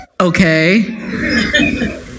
okay